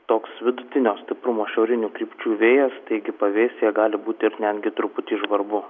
toks vidutinio stiprumo šiaurinių krypčių vėjas taigi pavėsyje gali būti ir netgi truputį žvarbu